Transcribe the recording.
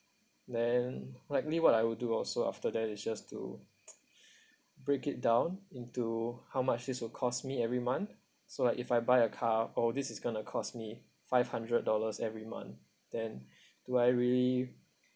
then likely what I would do also after that it's just to break it down into how much this will cost me every month so like if I buy a car oh this is gonna cost me five hundred dollars every month then do I really